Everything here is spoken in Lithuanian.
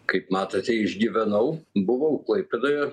kaip matote išgyvenau buvau klaipėdoje